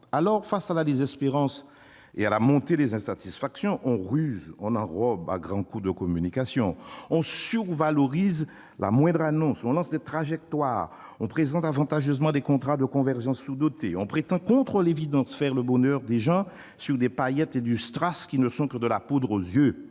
Alors, face à la désespérance et à la montée des insatisfactions, on ruse, on enrobe à grands coups de communication. On survalorise la moindre annonce, on lance des « trajectoires », on présente avantageusement des contrats de convergence sous-dotés, on prétend contre l'évidence faire le bonheur des gens par des paillettes et du strass, qui ne sont que de la poudre aux yeux.